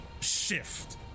shift